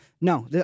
no